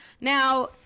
Now